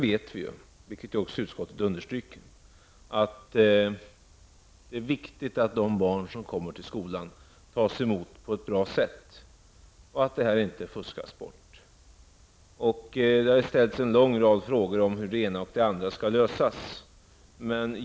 Det är viktigt att, som utskottet understryker, de barn som kommer till skolan tas emot på ett bra sätt och att det hela inte fuskas bort. Det har ställts en lång rad frågor om hur det ena och det andra skall lösas.